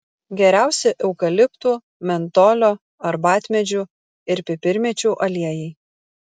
geriausi eukaliptų mentolio arbatmedžių ir pipirmėčių aliejai